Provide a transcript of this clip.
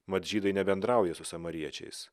mat žydai nebendrauja su samariečiais